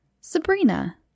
Sabrina